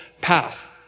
path